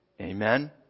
Amen